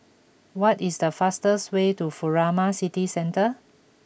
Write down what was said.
what is the fastest way to Furama City Centre